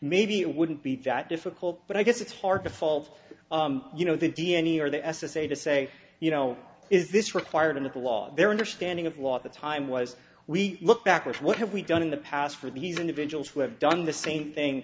maybe it wouldn't be that difficult but i guess it's hard to fault you know the d n c or the s s a to say you know is this required in the law their understanding of law at the time was we look back or what have we done in the past for these individuals who have done the same thing